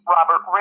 Robert